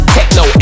Techno